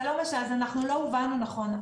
אז לא הובנו נכון.